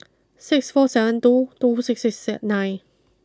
six four seven two two six six six nine